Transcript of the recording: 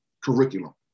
curriculum